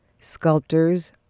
Sculptors